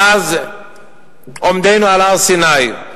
מאז עומדנו על הר-סיני.